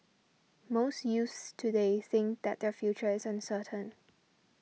most youths today think that their future is uncertain